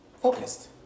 focused